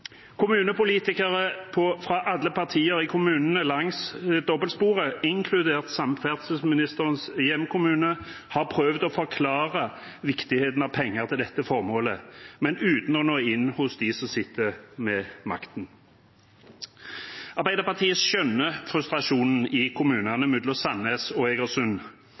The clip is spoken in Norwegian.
Kommunepolitikere fra alle partier i kommunene langs dobbeltsporet, inkludert samferdselsministerens hjemkommune, har prøvd å forklare viktigheten av penger til dette formålet, men uten å nå inn hos dem som sitter med makten. Arbeiderpartiet skjønner frustrasjonen i kommunene mellom Sandnes og